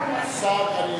אחר כך.